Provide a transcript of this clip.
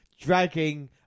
dragging